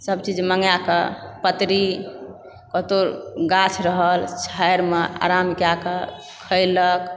सभचीज मंगैक पतरी कतहुँ गाछ रहल छाहरिमऽ आराम कएकऽ खयलक